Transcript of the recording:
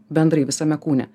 bendrai visame kūne